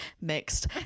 Mixed